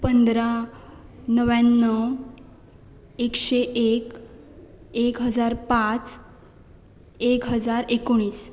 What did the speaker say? पंधरा नव्याण्णव एकशे एक एक हजार पाच एक हजार एकोणीस